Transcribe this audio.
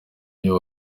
iyo